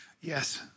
Yes